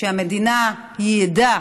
שהמדינה ייעדה